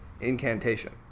incantation